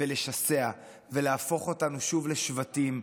ולשסע ולהפוך אותנו שוב לשבטים,